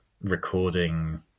recording